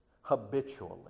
habitually